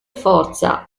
forza